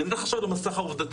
ואני אלך עכשיו למסך העובדתי.